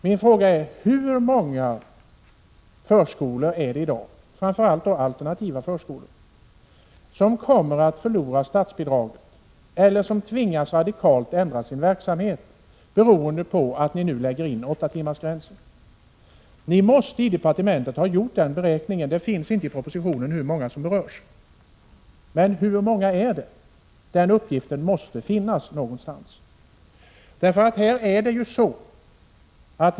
Min fråga är: Hur många av dagens förskolor, framför allt alternativa förskolor, är det som kommer att förlora statsbidraget eller tvingas att radikalt ändra sin verksamhet beroende på att ni nu lägger in en åttatimmarsgräns? I departementet måste ni ha gjort en sådan beräkning, men den finns inte i propositionen. Hur många är det som berörs? Den uppgiften måste finnas någonstans.